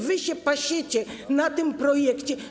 Wy się pasiecie na tym projekcie.